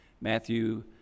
Matthew